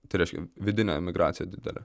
tai reiškia vidinė emigracija didelė